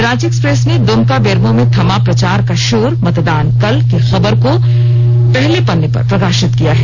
Ranchi express ने दुमका बेरमो में थमा प्रचार का शोर मतदान कल की खबर को पहले पन्ने पर प्रकाशित किया है